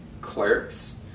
Clerks